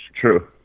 True